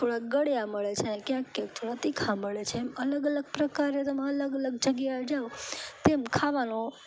થોડાં ગળ્યા મળે છે ક્યાંક ક્યાંક થોડાં તીખા મળે છે એમ અલગ અલગ પ્રકારે અલગ અલગ જગ્યા એ જાઓ તેમ ખાવાનો